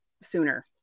sooner